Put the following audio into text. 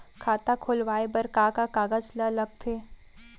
खाता खोलवाये बर का का कागज ल लगथे?